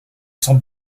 sans